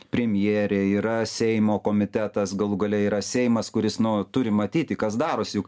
premjerė yra seimo komitetas galų gale yra seimas kuris nu turi matyti kas darosi juk